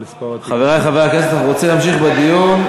חברי חברי הכנסת, אנחנו רוצים להמשיך בדיון.